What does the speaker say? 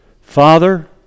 Father